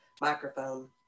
microphone